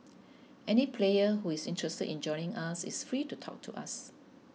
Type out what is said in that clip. any player who is interested in joining us is free to talk to us